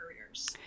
careers